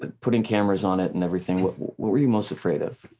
ah putting cameras on it and everything, what what were you most afraid of?